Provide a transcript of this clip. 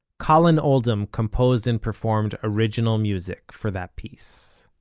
collin oldham composed and performed original music for that piece